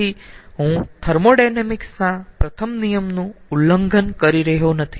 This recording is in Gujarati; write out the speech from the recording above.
તેથી હું થર્મોોડાયનેમિક્સ ના પ્રથમ નિયમ નું ઉલ્લંઘન કરી રહ્યો નથી